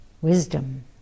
wisdom